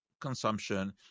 consumption